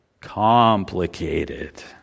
Complicated